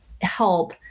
help